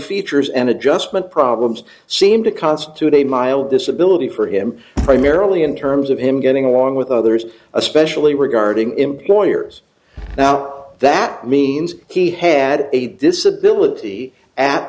features and adjustment problems seem to constitute a mild disability for him primarily in terms of him getting along with others especially regarding employers now that means he had a disability at